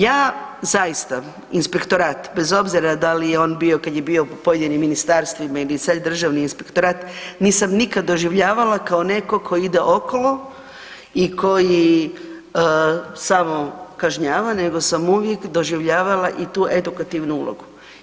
Ja zaista inspektorat bez obzira da li je on bio kad je bio u pojedinim ministarstvima ili sad je državni inspektorat nisam nikad doživljavala kao netko tko ide okolo i koji samo kažnjava, nego sam uvijek doživljavala i tu edukativnu ulogu.